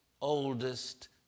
oldest